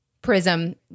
prism